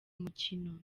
umukino